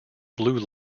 blue